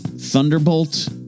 Thunderbolt